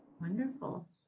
Wonderful